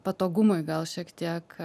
patogumui gal šiek tiek